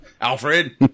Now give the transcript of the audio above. Alfred